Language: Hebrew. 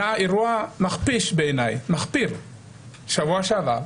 היה אירוע מחפיר בעיניי בשבוע שעבר,